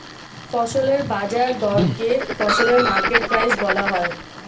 ফসলের বাজার দরকে ফসলের মার্কেট প্রাইস বলা হয়